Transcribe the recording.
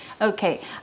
Okay